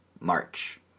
March